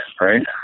Right